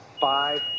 five